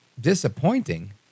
disappointing